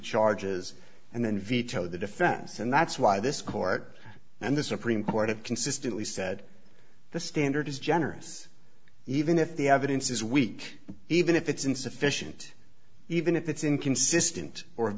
charges and then veto the defense and that's why this court and the supreme court have consistently said the standard is generous even if the evidence is weak even if it's insufficient even if it's inconsistent or